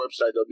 website